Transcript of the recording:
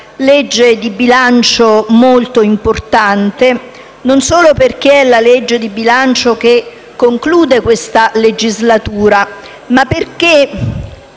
legge di bilancio molto importante, e non solo perché è il disegno di legge di bilancio che conclude questa legislatura, ma perché